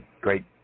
Great